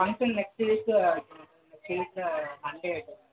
function next week next week Sunday sir